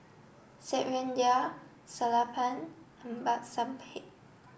Satyendra Sellapan and Babasaheb